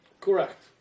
Correct